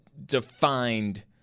defined